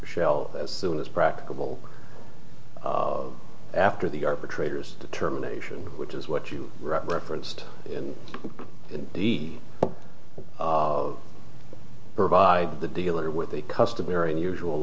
shell as soon as practicable after the arbitrator's determination which is what you referenced in the provide the dealer with a customary unusual